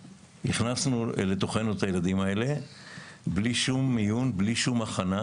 הכנסנו אלינו את הילדים האלה בלי שום מיון והכנה.